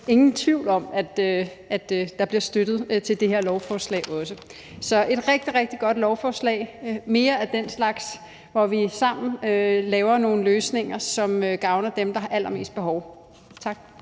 ingen tvivl om, at der er støtte til det her lovforslag. Så det er et rigtig, rigtig godt lovforslag. Vi skal have mere af den slags, hvor vi sammen laver nogle løsninger, som gavner dem, der har allermest behov for